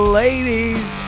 ladies